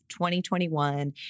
2021